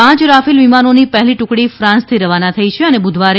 પાંચ રાફેલ વિમાનોની પહેલી ટુકડી ફ્રાન્સથી રવાના થઈ છે અને બુધવારે